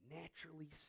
naturally